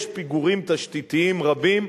יש פיגורים תשתיתיים רבים,